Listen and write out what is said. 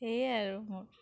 সেয়াই আৰু মোৰ